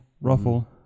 ruffle